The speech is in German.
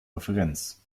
referenz